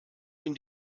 ihm